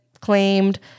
claimed